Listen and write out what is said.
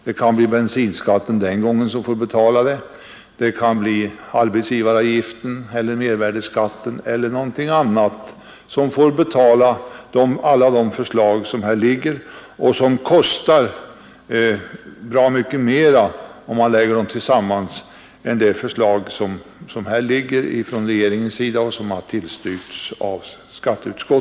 Det kan den här gången bli bensinskatten, arbetsgivaravgiften, mervärdeskatten eller något annat som får betala de förslag som framställts och som tillsammans kostar åtskilligt mycket mera än regeringens förslag, som har tillstyrkts av skatteutskottet.